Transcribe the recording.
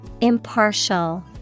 Impartial